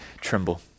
tremble